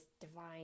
divine